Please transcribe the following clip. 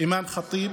אימאן ח'טיב